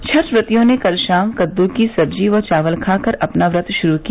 छठ ब्रतियों ने कल शाम कद्र की सब्जी व चावल खाकर अपना व्रत शुरू किया